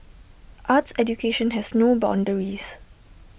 arts education has no boundaries